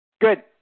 Good